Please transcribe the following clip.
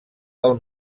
del